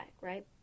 right